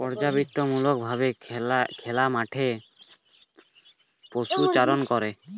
পর্যাবৃত্তিমূলক ভাবে খোলা মাঠে পশুচারণ করে